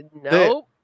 No